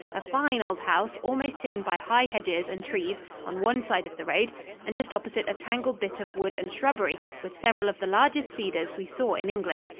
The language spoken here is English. a fine old house almost hidden by high hedges and trees on one side of the road and just opposite a tangled bit of wood and shrubbery, with several of the largest cedars we saw in england.